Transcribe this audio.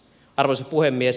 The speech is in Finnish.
arvoisa puhemies